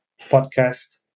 Podcast